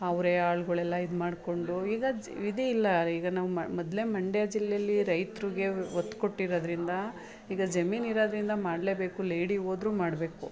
ಅವರೇ ಆಳುಗಳೆಲ್ಲ ಇದ್ಮಾಡಿಕೊಂಡು ಈಗ ಜ್ ವಿಧಿ ಇಲ್ಲ ಈಗ ನಾವು ಮ್ ಮೊದಲೇ ಮಂಡ್ಯ ಜಿಲ್ಲೆಯಲ್ಲಿ ರೈತ್ರಿಗೆ ಒತ್ತು ಕೊಟ್ಟಿರೋದರಿಂದ ಈಗ ಜಮೀನಿರೋದರಿಂದ ಮಾಡಲೇಬೇಕು ಲೇಡಿ ಹೋದ್ರೂ ಮಾಡಬೇಕು